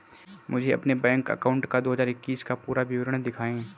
मुझे अपने bank account का दो हज़ार इक्कीस का पूरा विवरण दिखाएँ?